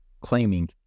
claiming